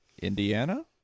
Indiana